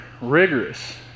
rigorous